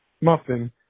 Muffin